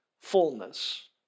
fullness